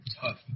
tough